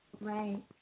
Right